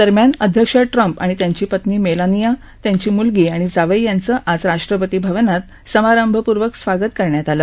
दरम्यान अध्यक्ष ट्रम्प आणि त्यांची पत्नी मेलानिया त्यांची मूलगी आणि जावई यांचं आज राष्ट्रपतीभवनात समारंभपूर्वक स्वागत करण्यात आलं